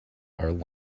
are